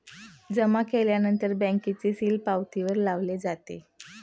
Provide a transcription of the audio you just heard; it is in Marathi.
जमा केल्यानंतर बँकेचे सील पावतीवर लावले जातो